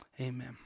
Amen